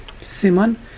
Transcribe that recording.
simon